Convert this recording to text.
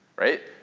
right?